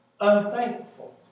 unthankful